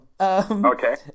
Okay